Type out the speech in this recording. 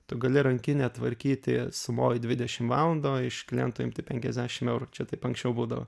tu gali rankinę tvarkyti sumoj dvidešim valandų o iš kliento imti penkiasdešim eurų čia taip anksčiau būdavo